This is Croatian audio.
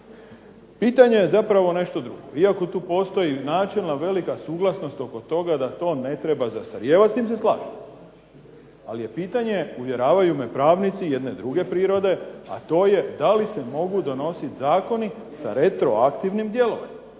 pitanje je zapravo nešto drugo. Iako tu postoji načelno velika suglasnost oko toga da to ne treba zastarijevati s tim se slažem. Ali je pitanje, uvjeravaju me pravnici jedne druge prirode, a to je da li se mogu donositi zakoni sa retroaktivnim djelovanjem